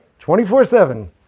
24-7